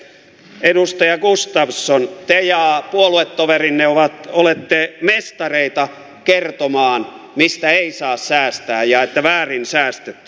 edustaja gustafsson te ja puoluetoverinne olette mestareita kertomaan mistä ei saa säästää ja että väärin säästetty